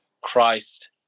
Christ